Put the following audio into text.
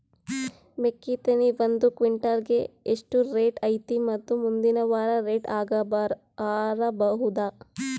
ಮೆಕ್ಕಿ ತೆನಿ ಒಂದು ಕ್ವಿಂಟಾಲ್ ಗೆ ಎಷ್ಟು ರೇಟು ಐತಿ ಮತ್ತು ಮುಂದಿನ ವಾರ ರೇಟ್ ಹಾರಬಹುದ?